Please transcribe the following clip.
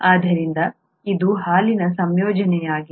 ಆದ್ದರಿಂದ ಇದು ಹಾಲಿನ ಸಂಯೋಜನೆಯಾಗಿದೆ